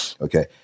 okay